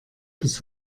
bis